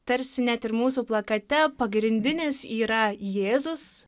tarsi net ir mūsų plakate pagrindinis yra jėzus